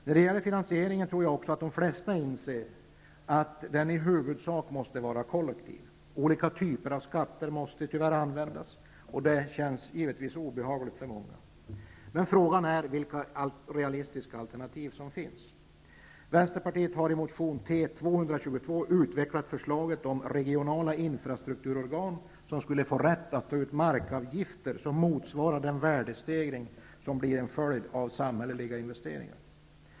När det gäller finansieringen tror jag också de flesta inser att den i huvudsak måste vara kollektiv. Olika typer av skatter måste tyvärr användas. Det känns givetvis obehagligt för många. Men frågan är vilka realistiska alternativ som finns. Vänsterpartiet har i motion T222 utvecklat förslaget om regionala infrastrukturorgan, som skulle få rätt att ta markavgifter som motsvarar den värdestegring som blir en följd av samhälleliga investeringar.